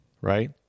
right